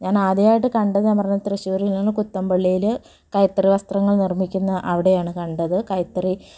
ഞാൻ ആദ്യമായിട്ട് കണ്ടെന്ന് പറഞ്ഞാൽ തൃശ്ശൂരിൽ നിന്ന് കുത്തമ്പള്ളിയിൽ കൈത്തറി വസ്ത്രങ്ങൾ നിർമ്മിക്കുന്ന അവിടെയാണ് കണ്ടത് കൈത്തറി